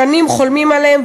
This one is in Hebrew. שנים חולמים עליהם,